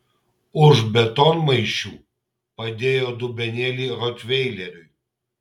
už betonmaišių padėjo dubenėlį rotveileriui